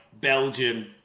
Belgium